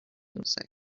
music